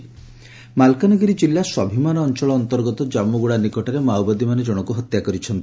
Mao ବବରତା ମାଲକାନଗିରି କିଲ୍ଲା ସ୍ୱାଭିମାନ ଅଞ୍ଚଳ ଅନ୍ତର୍ଗତ କାମୁଗୁଡା ନିକଟରେ ମାଓବାଦୀମାନେ ଜଶଙ୍କୁ ହତ୍ୟା କରିଛନ୍ତି